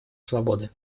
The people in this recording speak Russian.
свободы